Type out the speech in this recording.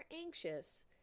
anxious